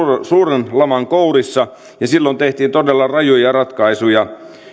suuren laman kourissa niin silloin tehtiin todella rajuja ratkaisuja